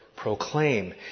Proclaim